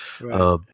Right